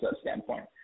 standpoint